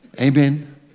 Amen